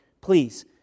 please